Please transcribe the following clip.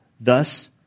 Thus